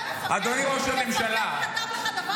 זה מפקד כתב?